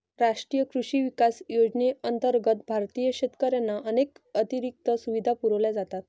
राष्ट्रीय कृषी विकास योजनेअंतर्गत भारतीय शेतकऱ्यांना अनेक अतिरिक्त सुविधा पुरवल्या जातात